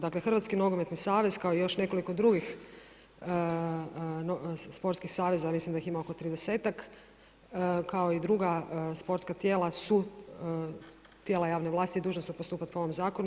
Dakle, HNS kao još nekoliko drugih sportskih saveza, mislim da ih ima oko 30-ak, kao i druga sportska tijela su tijela javne vlasti i dužna su postupati po ovome zakonu.